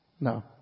No